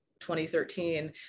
2013